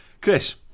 Chris